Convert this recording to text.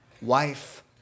wife